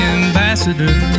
ambassador